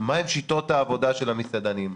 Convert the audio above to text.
מה הן שיטות העבודה של המסעדנים,